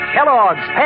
Kellogg's